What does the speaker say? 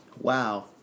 Wow